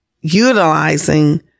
utilizing